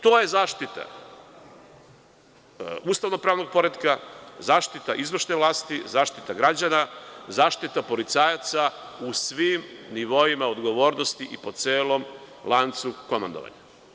To je zaštita ustavno-pravnog poretka, zaštita izvršne vlasti, zaštita građana, zaštita policajaca u svim nivoima odgovornosti i po celom lancu komandovanja.